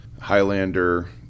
Highlander